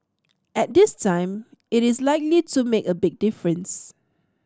and this time it is likely to make a big difference